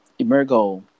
Emergo